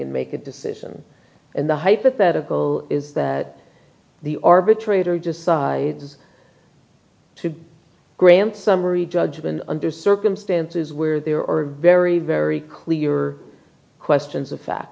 and make a decision and the hypothetical is that the arbitrator just sides to grant summary judgment under circumstances where there are very very clear are questions of fa